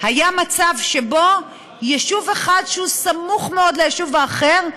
היה מצב שבו יישוב אחד שהוא סמוך מאוד ליישוב האחר,